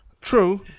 True